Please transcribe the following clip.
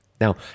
now